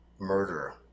Murder